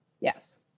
Yes